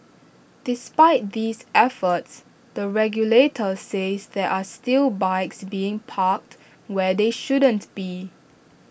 despite these efforts the regulator says there are still bikes being parked where they shouldn't be